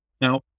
Now